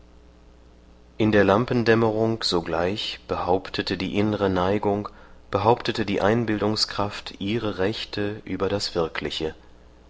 in der lampendämmerung sogleich behauptete die innre neigung behauptete die einbildungskraft ihre rechte über das wirkliche